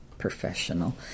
professional